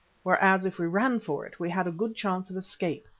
whereas if we ran for it, we had a good chance of escape.